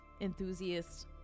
enthusiasts